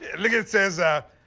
and look it says, ah,